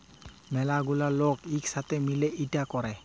ম্যালা গুলা লক ইক সাথে মিলে ইটা ক্যরে